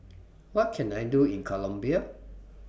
What Can I Do in Colombia